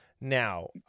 Now